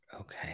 Okay